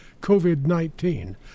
COVID-19